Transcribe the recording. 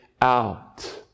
out